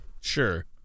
Sure